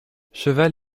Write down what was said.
cheval